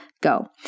go